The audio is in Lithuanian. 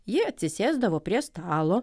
ji atsisėsdavo prie stalo